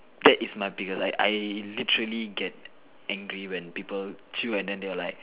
that is my biggest I I literally get angry when people chew and then they are like